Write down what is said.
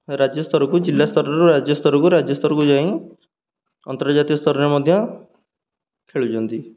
ରାଜ୍ୟ ସ୍ତରକୁ ଜିଲ୍ଲା ସ୍ତରରୁ ରାଜ୍ୟ ସ୍ତରକୁ ରାଜ୍ୟ ସ୍ତରକୁ ଯାଇ ଅନ୍ତର୍ଜାତୀୟ ସ୍ତରରେ ମଧ୍ୟ ଖେଳୁଛନ୍ତି